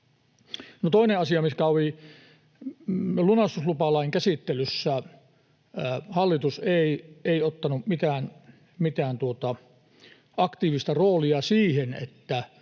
Toinen asia, mikä oli lunastuslupalain käsittelyssä: Hallitus ei ottanut mitään aktiivista roolia siihen, että